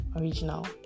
original